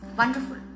Wonderful